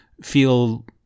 feel